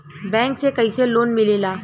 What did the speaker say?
Bank से कइसे loan मिलेला?